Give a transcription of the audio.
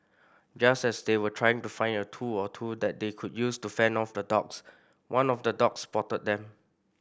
just as they were trying to find a tool or two that they could use to fend off the dogs one of the dogs spotted them